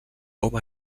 hom